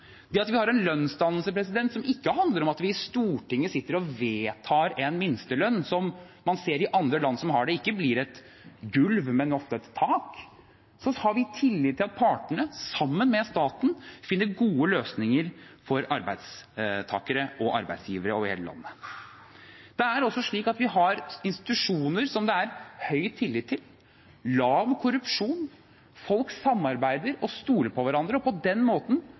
Ved at vi har en lønnsdannelse som ikke handler om at vi i Stortinget sitter og vedtar en minstelønn, slik man ser i andre land, som ikke blir et gulv, men ofte et tak, har vi tillit til at partene, sammen med staten, finner gode løsninger for arbeidstakere og arbeidsgivere over hele landet. Det er også slik at vi har institusjoner som det er høy tillit til, vi har lav korrupsjon, folk samarbeider og stoler på hverandre – og på den måten